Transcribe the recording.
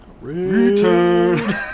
Return